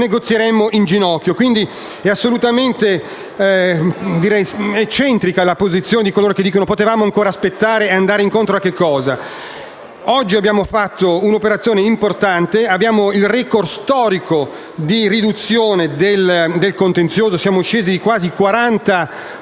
negozieremmo in ginocchio. Quindi è assolutamente eccentrica la posizione di chi dice che potevamo ancora aspettare: ma per andare incontro a che cosa? Oggi abbiamo fatto un'azione importante. Abbiamo il *record* storico di riduzione del contenzioso, essendo scesi di quasi 40